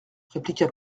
répliqua